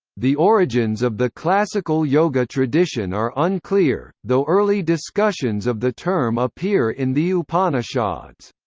the origins of the classical yoga tradition are unclear, though early discussions of the term appear in the upanishads.